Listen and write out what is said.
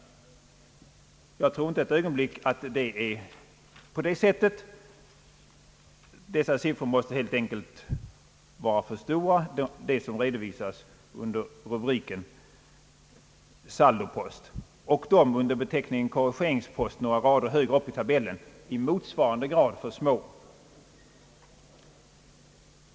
Jag tror inte ett ögonblick att det är på detta sätt — siffrorna under rubriken saldopost måste helt enkelt vara för stora oci; siffrorna under rubriken korrigeringspost några rader högre upp i tabellen i motsvarande grad för små.